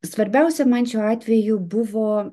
svarbiausia man šiuo atveju buvo